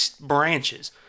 branches